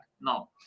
No